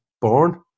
born